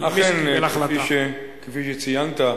כפי שציינת,